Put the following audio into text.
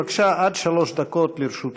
בבקשה, עד שלוש דקות לרשות השר.